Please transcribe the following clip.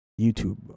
YouTube